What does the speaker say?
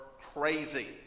crazy